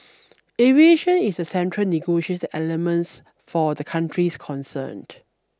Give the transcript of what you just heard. aviation is a central negotiating elements for the countries concerned